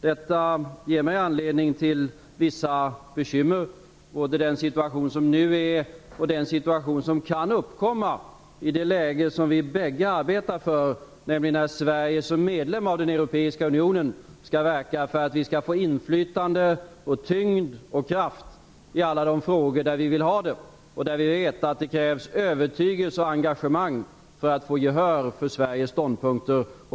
Detta ger mig anledning till vissa bekymmer både inför den situation som nu råder och inför den som kan uppkomma i det läge som vi bägge arbetar för, nämligen när Sverige som medlem i Europeiska unionen skall verka för att vi skall få inflytande, tyngd och kraft i alla de frågor där vi vill ha det. Vi vet att det krävs övertygelse och engagemang för att få gehör för Sveriges ståndpunkter.